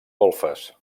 golfes